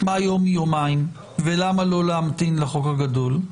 מה יום מיומיים ולמה לא להמתין לחוק הגדול.